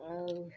ଆଉ